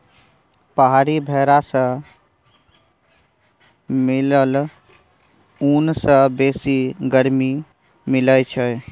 पहाड़ी भेरा सँ मिलल ऊन सँ बेसी गरमी मिलई छै